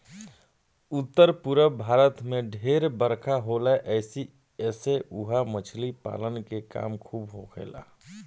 उत्तर पूरब भारत में ढेर बरखा होला ऐसी से उहा मछली पालन के काम खूब होखेला